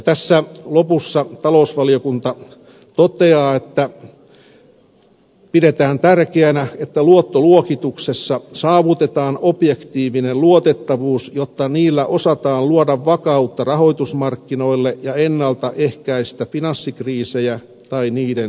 tässä lopussa talousvaliokunta toteaa että pidetään tärkeänä että luottoluokituksessa saavutetaan objektiivinen luotettavuus jotta niillä osaltaan luodaan vakautta rahoitusmarkkinoille ja ennaltaehkäistään finanssikriisejä tai niiden syvenemistä